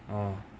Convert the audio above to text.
oh